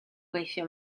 gweithio